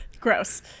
Gross